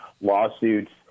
lawsuits